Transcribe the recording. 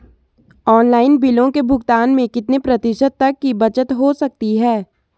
Online बिलों के भुगतान में कितने प्रतिशत तक की बचत हो सकती है?